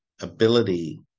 ability